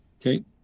Okay